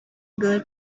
girl